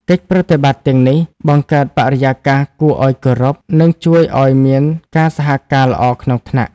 កិច្ចប្រតិបត្តិទាំងនេះ បង្កើតបរិយាកាសគួរឱ្យគោរព និងជួយឲ្យមានការសហការល្អក្នុងថ្នាក់។